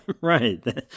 Right